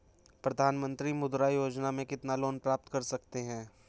प्रधानमंत्री मुद्रा योजना में कितना लोंन प्राप्त कर सकते हैं?